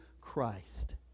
Christ